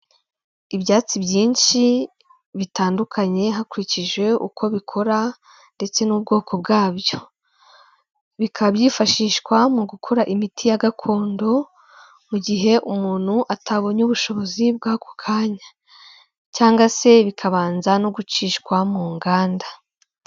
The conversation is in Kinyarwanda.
Ibyatsi byinshi bitandukanye hakurikijwe uko bikora ndetse n'ubwoko bw'abyo, bikaba byifashishwa mu gukora imiti ya gakondo mu gihe umuntu atabonye ubushobozi bw'ako kanya cyangwa se bikabanza no gucishwa mu nganda.